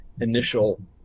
initial